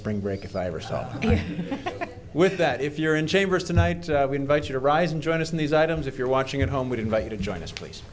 spring break if i ever saw you with that if you're in chambers tonight we invite you to rise and join us in these items if you're watching at home would invite you to join us please